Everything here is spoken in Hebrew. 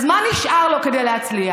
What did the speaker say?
אז מה נשאר לו כדי להצליח?